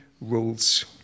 rules